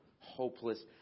hopeless